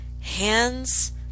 hands